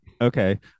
okay